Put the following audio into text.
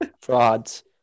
Frauds